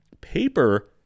paper